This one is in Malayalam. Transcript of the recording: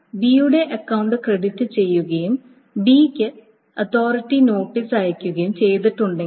B യുടെ അക്കൌണ്ട് ക്രെഡിറ്റ് ചെയ്യുകയും B ക്ക് അതോറിറ്റി നോട്ടീസ് അയക്കുകയും ചെയ്തിട്ടുണ്ടെങ്കിൽ